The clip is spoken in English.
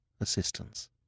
assistance